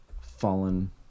fallen